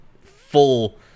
full